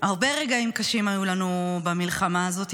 הרבה רגעים קשים היו לנו במלחמה הזאת,